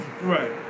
Right